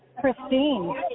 Christine